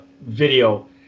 video